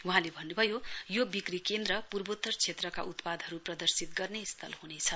वहाँले भन्नु भयो यो विक्री केन्द्र पूर्वोत्तर क्षेत्रका उत्पादहरू प्रदर्शित गर्ने स्थल हुनेछ